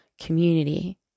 community